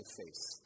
face